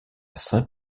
saint